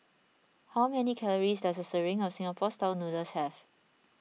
how many calories does a serving of Singapore Style Noodles have